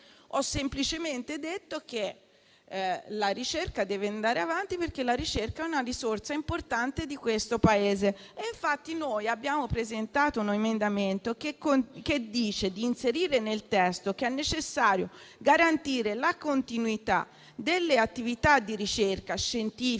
Ho semplicemente detto che la ricerca deve andare avanti, perché è una risorsa importante di questo Paese. Infatti, abbiamo presentato un emendamento che propone di inserire nel testo che è necessario garantire «la continuità delle attività di ricerca scientifica